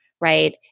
right